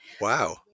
Wow